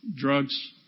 drugs